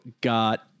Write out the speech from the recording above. got